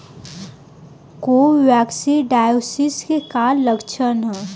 Coccidiosis के लक्षण का ह?